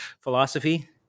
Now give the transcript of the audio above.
philosophy